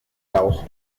lauch